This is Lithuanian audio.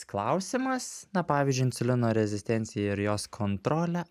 klausimas na pavyzdžiui insulino rezistencija ir jos kontrolė